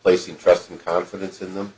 placing trust and confidence in them